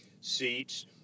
seats